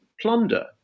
plunder